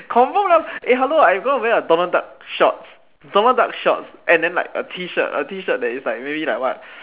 confirm one eh hello if I'm going to wear a Donald duck shorts Donald duck shorts and then like a T-shirt a T-shirt that is maybe like what